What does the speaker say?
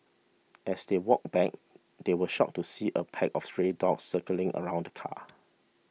as they walked back they were shocked to see a pack of stray dogs circling around the car